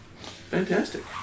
Fantastic